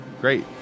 Great